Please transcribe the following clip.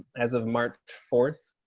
as of march four